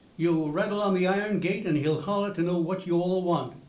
yo' rattle on the iron gate and he'll holler to know what yo' all want.